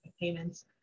payments